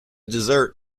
dessert